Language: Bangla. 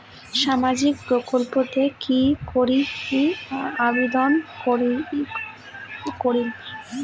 সামাজিক প্রকল্পত কি করি আবেদন করিম?